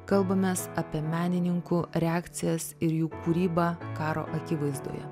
kalbamės apie menininkų reakcijas ir jų kūrybą karo akivaizdoje